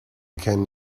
can